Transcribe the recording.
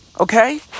Okay